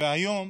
והיום